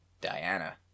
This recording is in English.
Diana